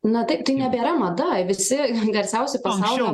na taip tai nebėra mada visi garsiausi pasaulio